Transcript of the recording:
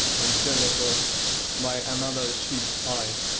and still it was by another sheep's eye.